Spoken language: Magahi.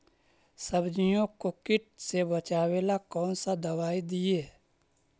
सब्जियों को किट से बचाबेला कौन सा दबाई दीए?